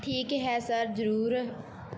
ਠੀਕ ਹੈ ਸਰ ਜ਼ਰੂਰ